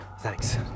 Thanks